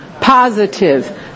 positive